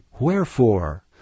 Wherefore